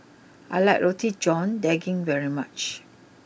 I like Roti John Daging very much